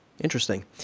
Interesting